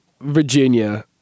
Virginia